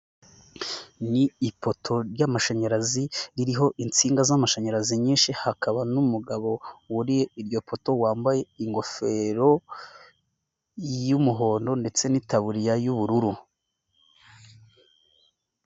Ni ipoto ry'amashanyarazi, ririho insinga z'amashanyarazi nyinshi, hakaba n'umugabo wuriye iryo poto wambaye ingofero y'umuhondo ndetse n'itaburiya y'ubururu.